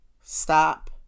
stop